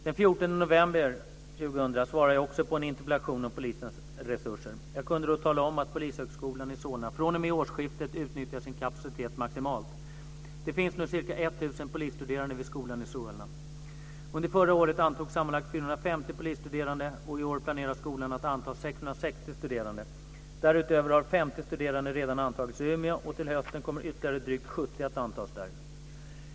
Den 14 november 2000 svarade jag också på en interpellation om polisens resurser. Jag kunde då tala om att Polishögskolan i Solna fr.o.m. årsskiftet utnyttjar sin kapacitet maximalt. Det finns nu ca 1 000 polisstuderande vid skolan i Solna. Under förra året antogs sammanlagt 450 polisstuderande, och i år planerar skolan att anta 660 studerande. Därutöver har 50 studerande redan antagits i Umeå, och till hösten kommer ytterligare drygt 70 att antas där.